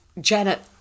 Janet